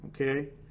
Okay